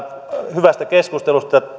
hyvästä keskustelusta